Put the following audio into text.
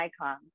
icon